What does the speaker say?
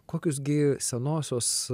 kokius gi senosios